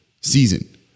season